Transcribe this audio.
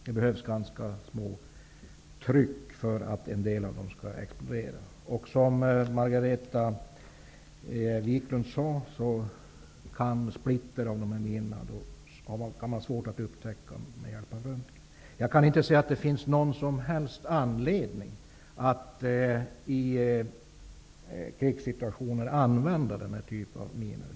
Det behövs ganska litet tryck för att en del av dem skall explodera. Som Margareta Viklund sade kan splitter från de här minorna vara svårt att upptäcka med hjälp av röntgen. Jag kan inte se att det finns någon som helst anledning att i krigssituationer använda den här typen av minor.